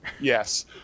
Yes